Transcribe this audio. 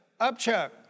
upchuck